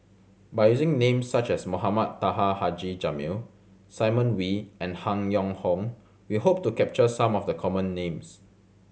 by using names such as Mohamed Taha Haji Jamil Simon Wee and Han Yong Hong we hope to capture some of the common names